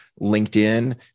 LinkedIn